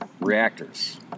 Reactors